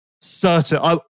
Certain